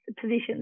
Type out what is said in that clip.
positions